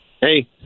Hey